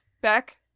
Beck